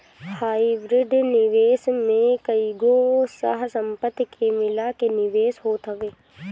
hybrid निवेश में कईगो सह संपत्ति के मिला के निवेश होत हवे